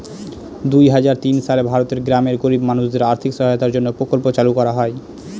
দুই হাজার তিন সালে ভারতের গ্রামের গরিব মানুষদের আর্থিক সহায়তার জন্য প্রকল্প চালু করা হয়